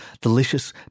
delicious